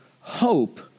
hope